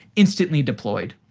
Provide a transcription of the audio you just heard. instantly deployed.